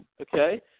okay